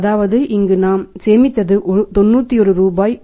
அதாவது இங்கு நாம் சேமித்தது 91 ரூபாய்